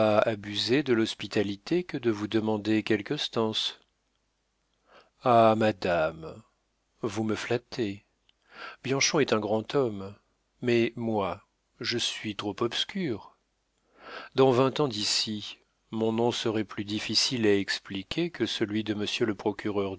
abuser de l'hospitalité que de vous demander quelques stances ah madame vous me flattez bianchon est un grand homme mais moi je suis trop obscur dans vingt ans d'ici mon nom serait plus difficile à expliquer que celui de monsieur le procureur